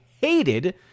hated